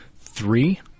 Three